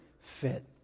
fit